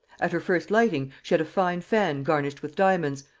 at her first lighting she had a fine fan garnished with diamonds,